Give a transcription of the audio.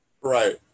right